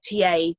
TA